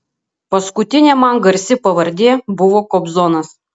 paskutinė man garsi pavardė buvo kobzonas